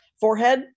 forehead